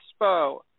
Expo